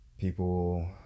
People